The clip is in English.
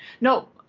no,